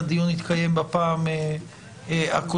הדיון התקיים בפעם הקודמת.